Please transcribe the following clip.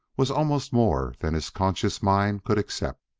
was almost more than his conscious mind could accept.